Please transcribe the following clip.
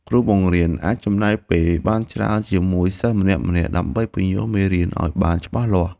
គ្រូបង្រៀនអាចចំណាយពេលបានច្រើនជាមួយសិស្សម្នាក់ៗដើម្បីពន្យល់មេរៀនឱ្យបានច្បាស់លាស់។